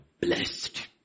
blessed